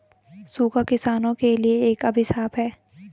सूखा किसानों के लिए एक अभिशाप है